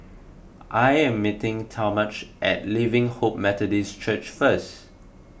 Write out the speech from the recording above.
I am meeting Talmadge at Living Hope Methodist Church first